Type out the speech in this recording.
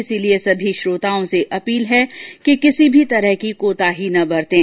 इसलिए सभी श्रोताओं से अपील है कि कोई भी कोताही न बरतें